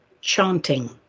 chanting